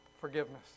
Forgiveness